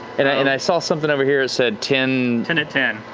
and and i saw something over here it said ten. ten at ten.